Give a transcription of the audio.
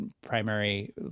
primary